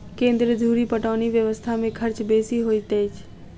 केन्द्र धुरि पटौनी व्यवस्था मे खर्च बेसी होइत अछि